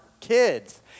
kids